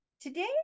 today